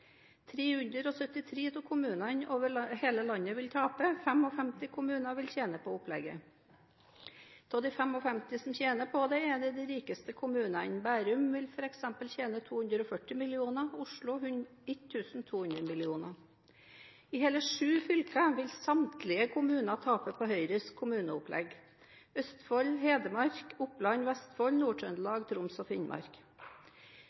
373 av kommunene i landet vil tape, 55 kommuner vil tjene på opplegget. Blant de 55 som tjener på det, er de rikeste kommunene. Bærum vil f.eks. tjene 240 mill. kr, Oslo 1 200 mill. kr. I hele sju fylker vil samtlige kommuner tape på Høyres kommuneopplegg: Østfold, Hedmark, Oppland, Vestfold,